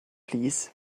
plîs